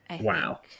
Wow